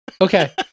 Okay